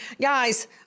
guys